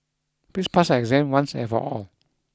please pass your exam once and for all